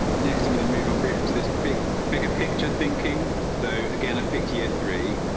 next i'm going to move on briefly to this big bigger picture, thinking so again i picked here three.